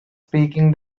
speaking